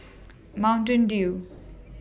Mountain Dew